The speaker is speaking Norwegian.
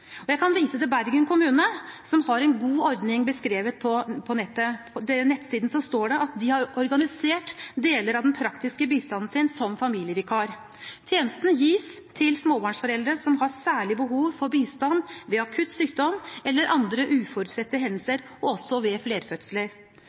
krise. Jeg kan vise til Bergen kommune, som har en god ordning beskrevet på nettet. På nettsiden deres står det at de har organisert deler av den praktiske bistanden sin som familievikar. Tjenesten gis til småbarnsforeldre som har særlig behov for bistand ved akutt sykdom eller andre uforutsette